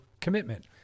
commitment